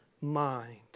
mind